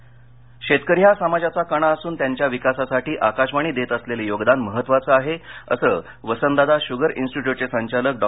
आकाशवाणी शेतकरी हा समाजाचा कणा असून या वर्गाच्या विकासासाठी आकाशवाणी देत असलेलं योगदान महत्त्वाचं आहे असं वसंतदादा शुगर इंस्टीट्युटचे संचालक डॉ